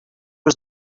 was